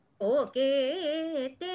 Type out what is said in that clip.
Okay